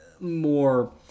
more